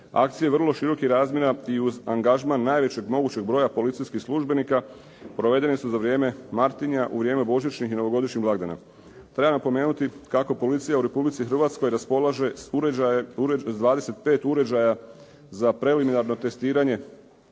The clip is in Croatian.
Akcije vrlo širokih razmjera i uz angažman najvećeg mogućeg broja policijskih službenika provedene su za vrijeme Martinja, u vrijeme božićnih i novogodišnjih blagdana. Treba napomenuti kako policija u Republici Hrvatskoj raspolaže s 25 uređaja za preliminarno testiranje